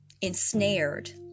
ensnared